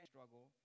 struggle